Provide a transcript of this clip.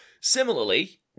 Similarly